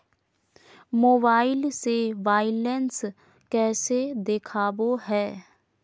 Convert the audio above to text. Mobile से balance कैसे देखाबो है?